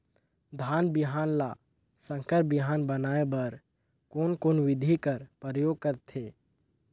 धान बिहान ल संकर बिहान बनाय बर कोन कोन बिधी कर प्रयोग करथे?